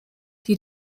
die